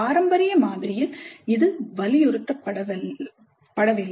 பாரம்பரிய மாதிரியில் இது வலியுறுத்தப்படவில்லை